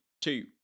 two